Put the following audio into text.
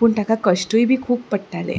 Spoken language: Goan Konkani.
पूण ताका कश्टय बी खूब पडटाले